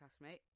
mate